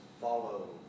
follow